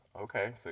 Okay